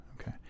okay